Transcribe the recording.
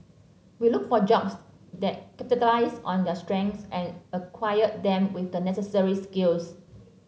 we look for jobs that capitalize on their strengths and acquire them with the necessary skills